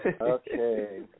okay